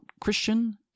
Christian